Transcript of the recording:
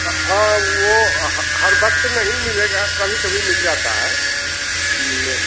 हाँ वो हर वक़्त नहीं मिलेगा कभी कभी मिल जाता है